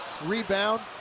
Rebound